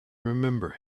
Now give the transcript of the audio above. remember